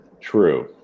True